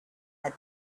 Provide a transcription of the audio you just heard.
had